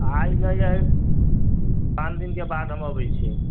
आइ नहि आयब पाँच दिन के बाद हम अबै छी